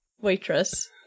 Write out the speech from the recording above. waitress